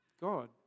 God